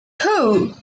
two